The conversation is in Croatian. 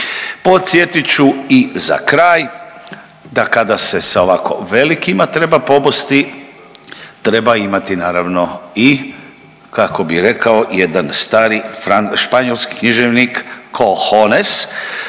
Podsjetit ću i za kraj da kada se sa ovako velikima treba pobosti treba imati naravno i kako bi rekao jedan stari španjolski književnik cojones,